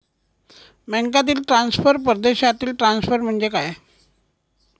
बँकांतील ट्रान्सफर, परदेशातील ट्रान्सफर म्हणजे काय?